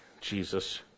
Jesus